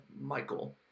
Michael